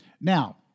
Now